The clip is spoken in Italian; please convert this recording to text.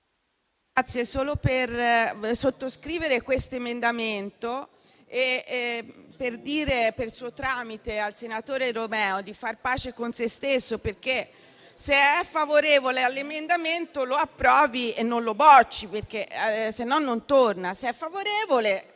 Solo per sottoscrivere questo emendamento e per dire per suo tramite al senatore Romeo di far pace con sé stesso. Se è favorevole all'emendamento, lo approvi e non lo bocci, altrimenti non torna. Se è favorevole,